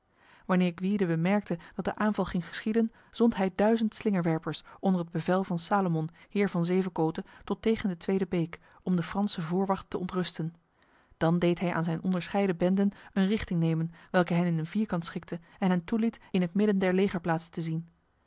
wanneer gwyde bemerkte dat de aanval ging geschieden zond hij duizend slingerwerpers onder het bevel van salomon heer van zevekote tot tegen de tweede beek om de franse voorwacht te ontrusten dan deed hij aan zijn onderscheiden benden een richting nemen welke hen in een vierkant schikte en hen toeliet in het midden der legerplaats te zien